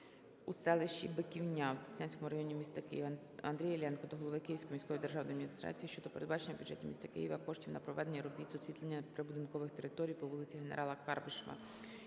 у селищі Биківня у Деснянському районі міста Києва. Андрія Іллєнка до голови Київської міської державної адміністрації щодо передбачення у бюджеті міста Києва коштів на проведення робіт з освітлення прибудинкової території по вулиці Генерала Карбишева,